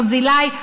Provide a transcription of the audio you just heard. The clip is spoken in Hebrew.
ברזילי,